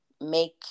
make